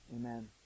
Amen